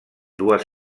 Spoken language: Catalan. dues